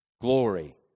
glory